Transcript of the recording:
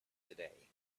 today